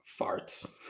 Farts